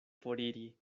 foriri